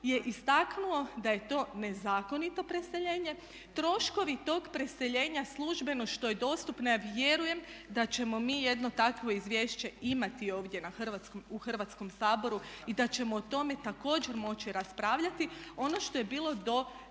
je istaknuo da je to nezakonito preseljenje. Troškovi tog preseljenja službeno što je dostupno, ja vjerujem da ćemo mi jedno takvo izvješće imati ovdje u Hrvatskom saboru i da ćemo o tome također moći raspravljati. Ono što je bilo